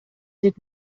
did